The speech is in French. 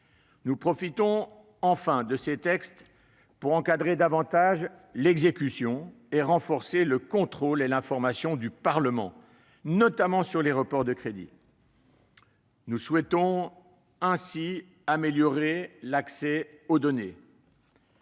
Nous profitons de ces textes pour mieux encadrer l'exécution budgétaire et renforcer le contrôle et l'information du Parlement, notamment sur les reports de crédits. Nous souhaitons ainsi améliorer l'accès aux données.